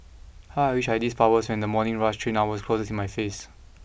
how I wish I had these powers when the morning rush hour train closes in my face